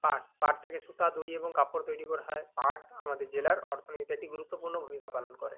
পাট পাট থেকে সুতা দড়ি এবং কাপড় তৈরি করা হয় পাট আমাদের জেলার অর্থনীতিতে একটি গুরুত্বপূর্ণ ভূমিকা পালন করে